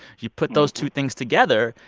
you put those two things together,